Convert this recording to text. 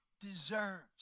deserves